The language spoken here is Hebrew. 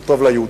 זה טוב ליהודים,